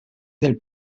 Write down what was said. del